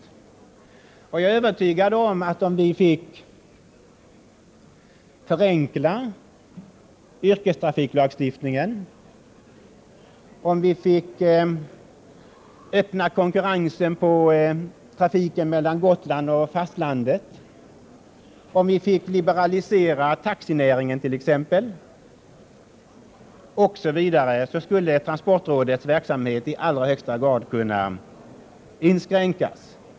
Jag är övertygad om att om vi fick förenkla yrkestrafiklagstiftningen, om vi fick öppna konkurrensen i fråga om trafiken mellan Gotland och fastlandet, om vi fick liberalisera taxinäringen osv., skulle transportrådets verksamhet i allra högsta grad kunna inskränkas.